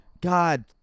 God